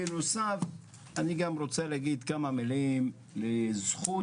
בנוסף אני רוצה להגיד כמה מילים לזכות